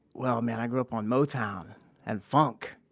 well, man, i grew up on motown and funk.